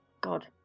God